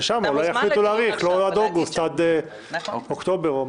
שם אולי יחליטו להאריך לא עד אוגוסט אלא עד אוקטובר.